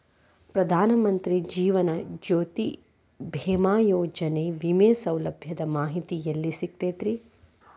ಪ್ರಧಾನ ಮಂತ್ರಿ ಜೇವನ ಜ್ಯೋತಿ ಭೇಮಾಯೋಜನೆ ವಿಮೆ ಸೌಲಭ್ಯದ ಮಾಹಿತಿ ಎಲ್ಲಿ ಸಿಗತೈತ್ರಿ?